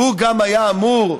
והוא גם היה אמור,